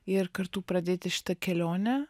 ir kartu pradėti šitą kelionę